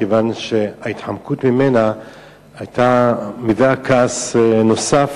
מכיוון שההתחמקות ממנה היתה מביאה כעס נוסף,